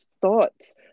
thoughts